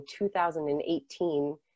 2018